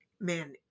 man